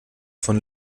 von